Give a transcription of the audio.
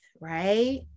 right